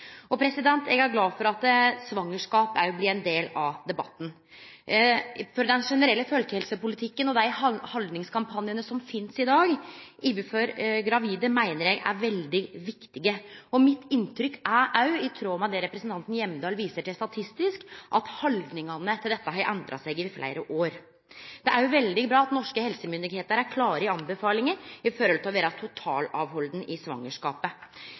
Eg er glad for at svangerskap òg blir ein del av debatten. Til den generelle folkehelsepolitikken: Dei haldningskampanjane som finst i dag overfor gravide, meiner eg er veldig viktige. Mitt inntrykk er òg – i tråd med det representanten Hjemdal viser til statistisk – at haldningane til dette har endra seg over fleire år. Det er òg veldig bra at norske helsemyndigheiter klart anbefaler gravide å vere totalfråhaldne i svangerskapet. Eg veit òg at ein i